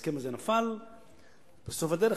ההסכם הזה נפל בסוף הדרך,